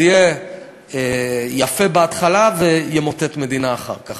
זה יהיה יפה בהתחלה, וימוטט את המדינה אחר כך.